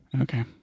Okay